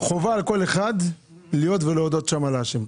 חובה על כל אחד להיות ולהודות שם להשם.